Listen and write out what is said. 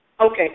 Okay